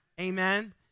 Amen